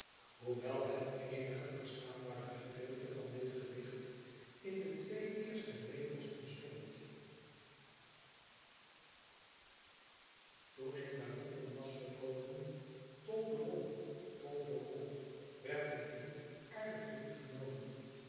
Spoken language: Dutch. hoewel het eenige verstaanbare gedeelte van dit gedicht in de twee eerste regels bestond toen ik naar londen was gekomen tol de rol tol de rol werd ik niet aardig